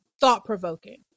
thought-provoking